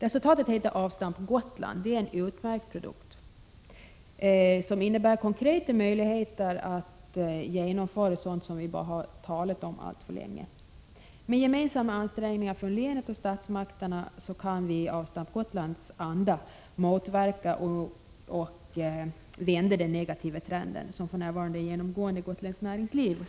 Resultatet heter Avstamp Gotland. Det är en utmärkt produkt, som konkret redovisar möjligheter att genomföra sådant som vi alltför länge bara har talat om. Med gemensamma ansträngningar från länet och statsmakterna kan vi i Avstamp Gotlands anda motverka och vända den negativa trend som för närvarande är genomgående i gotländskt näringsliv.